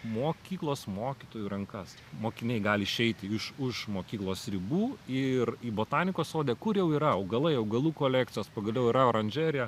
mokyklos mokytojų rankas mokiniai gali išeiti iš už mokyklos ribų ir į botanikos sode kur jau yra augalai augalų kolekcijos pagaliau yra oranžerija